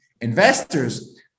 Investors